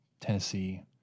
Tennessee